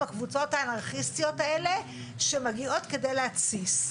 הקבוצות האנרכיסטיות האלה שמגיעות כדי להתסיס?